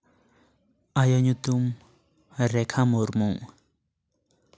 ᱟᱭᱳ ᱧᱩᱛᱩᱢ ᱨᱮᱠᱷᱟ ᱢᱩᱨᱢᱩ